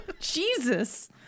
Jesus